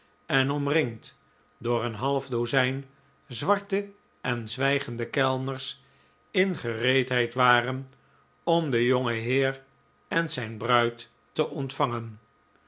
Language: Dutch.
en omringd door een half amqo dozijn zwarte en zwijgende kellners in gereedheid waren om den jongen heer en zijn bruid te ontvangen